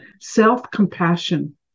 Self-compassion